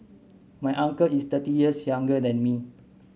my uncle is thirty years younger than me